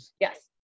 Yes